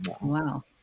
Wow